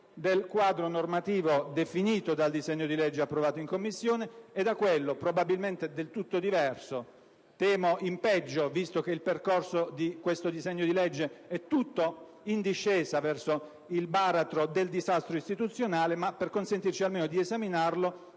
del quadro normativo definito dal disegno di legge approvato in Commissione e da quello, probabilmente del tutto diverso, che viene in qualche modo prospettato - temo in peggio, visto che il percorso di questo disegno di legge è tutto in discesa verso il baratro del disastro istituzionale - per consentirci almeno di esaminarlo